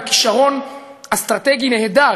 בכישרון אסטרטגי נהדר,